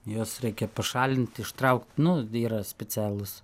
juos reikia pašalint ištraukt nu yra specialūs